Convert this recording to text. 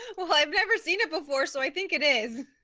well, i've never seen it before so i think it is